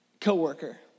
coworker